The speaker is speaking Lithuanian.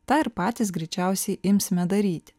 tą ir patys greičiausiai imsime daryti